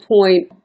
point